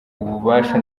ububasha